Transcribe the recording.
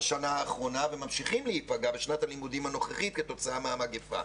בשנה האחרונה וממשיכים להיפגע בשנת הלימודים הנוכחית כתוצאה מהמגפה,